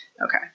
Okay